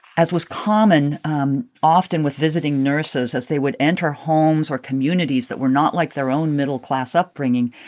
as was common um often with visiting nurses as they would enter homes or communities that were not like their own middle-class upbringing,